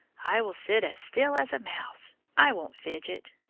i will sit as still as a mouse. i won't fidget.